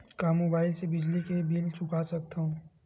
का मुबाइल ले बिजली के बिल चुका सकथव?